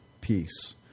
peace